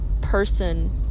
person